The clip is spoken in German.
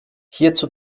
hierzu